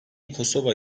kosova